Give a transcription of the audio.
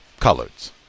coloreds